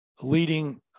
leading